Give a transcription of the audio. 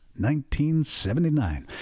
1979